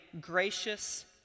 gracious